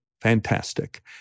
fantastic